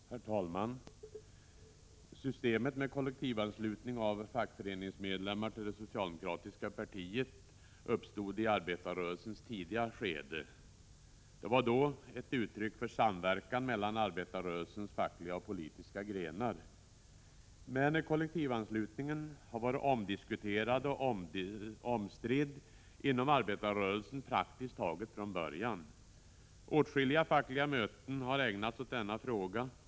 Herr talman! Systemet med kollektivanslutning av fackföreningsmedlemmar till det socialdemokratiska partiet uppstod i arbetarrörelsens tidiga skede. Det var då ett uttryck för samverkan mellan arbetarrörelsens fackliga och politiska grenar. Men kollektivanslutningen har varit omdiskuterad och omstridd inom arbetarrörelsen praktiskt taget från början. Åtskilliga fackliga möten har ägnats åt denna fråga.